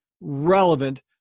relevant